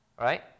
right